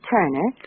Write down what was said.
Turner